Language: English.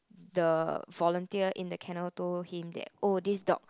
the volunteer in the kennel told him that oh this dog